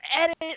edit